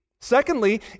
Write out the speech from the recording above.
Secondly